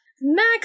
Max